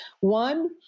One